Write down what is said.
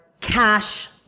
cash